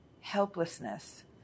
helplessness